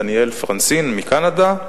דניאל פרנסין מקנדה,